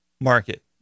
market